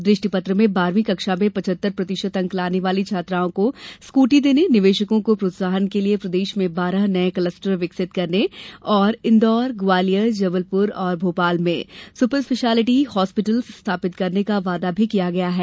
दृष्टि पत्र में बारहवी कक्षा में पचहत्तर प्रतिशत अंक लाने वाली छात्राओं को स्कूटी देने निर्वेशको को प्रोत्साहन के लिए प्रदेश में बारह नये कलस्टर विकसित करने और इंदौर ग्वालियर जबलपुर और भोपाल में सुपर स्पेशिलिटी अस्पताल स्थापित करने का वादा भी किया गया है